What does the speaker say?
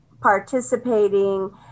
participating